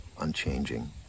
unchanging